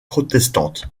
protestante